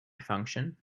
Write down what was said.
function